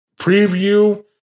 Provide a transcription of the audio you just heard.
preview